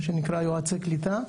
מה שנקרא "יועצי קליטה",